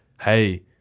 hey